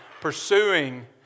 pursuing